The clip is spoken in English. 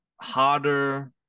Harder